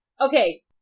Okay